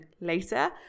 later